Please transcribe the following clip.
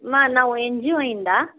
ಮಾ ನಾವು N G O ಇಂದ